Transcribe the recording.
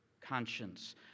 conscience